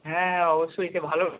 হ্যাঁ হ্যাঁ অবশ্যই সে ভালো